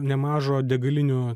nemažo degalinių